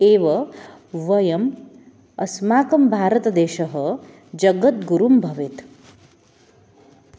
एव वयम् अस्माकं भारतदेशः जगद्गुरुः भवेत्